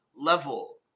level